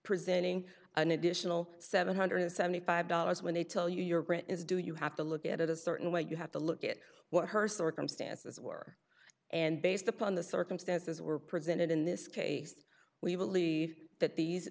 presenting an additional seven hundred seventy five dollars when they tell you your brand is doing you have to look at it a certain way you have to look at what her circumstances were and based upon the circumstances were presented in this case we believe that these